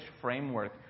framework